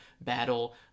battle